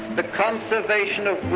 the conservation of